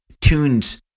tunes